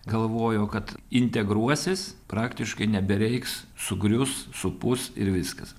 galvojo kad integruosis praktiškai nebereiks sugrius supus ir viskas